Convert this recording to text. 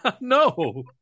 No